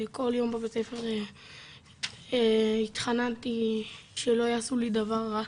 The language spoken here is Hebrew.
כל יום בבית ספר התחננתי שלא יעשו לי דבר רע,